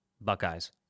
Buckeyes